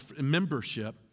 membership